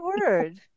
word